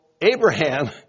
Abraham